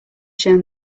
shown